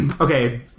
Okay